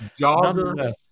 Jogger